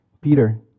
Peter